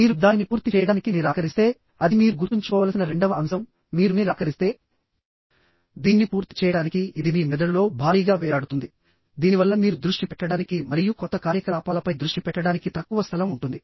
మీరు దానిని పూర్తి చేయడానికి నిరాకరిస్తే అది మీరు గుర్తుంచుకోవలసిన రెండవ అంశం మీరు నిరాకరిస్తే దీన్ని పూర్తి చేయడానికి ఇది మీ మెదడులో భారీగా వేలాడుతుంది దీనివల్ల మీరు దృష్టి పెట్టడానికి మరియు కొత్త కార్యకలాపాలపై దృష్టి పెట్టడానికి తక్కువ స్థలం ఉంటుంది